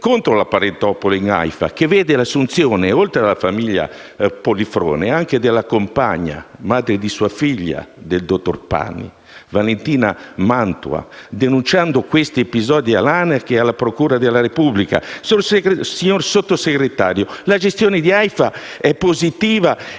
contro la parentopoli nell'Aifa, che vede l'assunzione, oltre alla famiglia Polifrone, anche della compagna (madre di sua figlia) del dottor Pani, Valentina Mantua, denunciando questi episodi all'ANAC e alla procura della Repubblica. Signor Sottosegretario, la gestione di Aifa è positiva ed